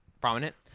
prominent